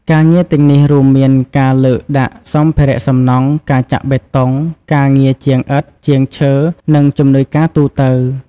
ការងារទាំងនេះរួមមានការលើកដាក់សម្ភារៈសំណង់ ការចាក់បេតុង ការងារជាងឥដ្ឋ ជាងឈើ និងជំនួយការទូទៅ ។